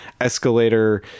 escalator